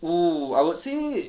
oo I would say